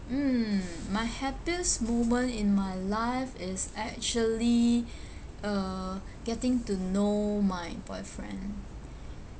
mm my happiest moment in my life is actually uh getting to know my boyfriend